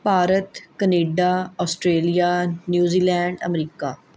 Bharat Canada Australia New Zealand America